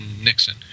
Nixon